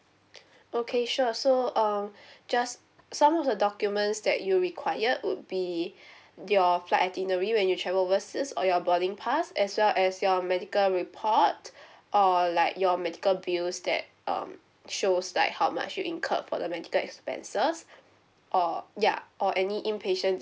okay sure so um just some of the documents that you required would be your flight itinerary when you travel overseas or your boarding pass as well as your medical report or like your medical bills that um shows like how much you incurred for the medical expenses or ya or any inpatient